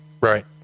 Right